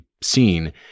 seen